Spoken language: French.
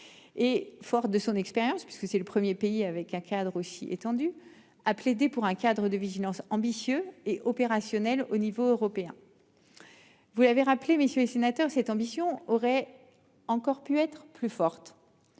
Et fort de son expérience puisque c'est le 1er pays avec un cadre aussi étendue, a plaidé pour un cadre de vigilance ambitieux et opérationnel au niveau européen. Vous l'avez rappelé, messieurs les sénateurs, cette ambition aurait encore pu être plus forte.